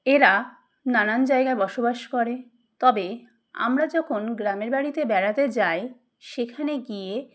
এরা নানান জায়গায় বসবাস করে তবে আমরা যখন গ্রামের বাড়িতে বেড়াতে যাই সেখানে গিয়ে